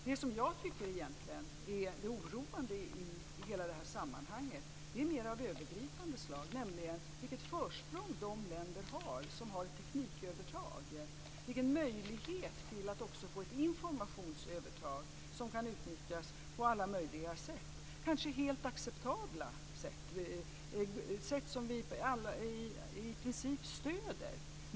Det som jag tycker egentligen är det oroande i hela det här sammanhanget är av mer övergripande slag, nämligen vilket försprång de länder har som har ett teknikövertag, vilken möjlighet man har att också få ett informationsövertag som kan utnyttjas på alla möjliga sätt - kanske helt acceptabla sätt, sätt som vi i princip stöder.